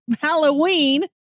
Halloween